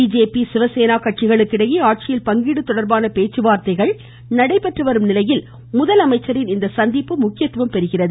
BJP Shivsena கட்சிகளுக்கிடையே ஆட்சியில் பங்கீடு தொடர்பான பேச்சுவார்த்தைகள் நடைபெற்றுவரும் நிலையில் முதலமைச்சரின் இச்சந்திப்பு முக்கியத்துவம் பெறுகிறது